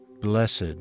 Blessed